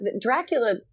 Dracula